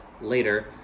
later